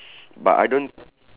but I don't